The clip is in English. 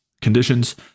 conditions